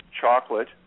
chocolate